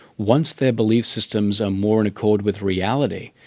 once their belief systems are more in accord with reality,